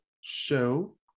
show